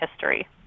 history